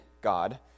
God